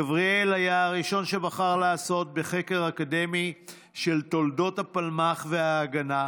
גבריאל היה הראשון שבחר לעסוק בחקר אקדמי של תולדות הפלמ"ח וההגנה,